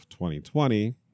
2020